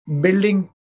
building